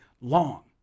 long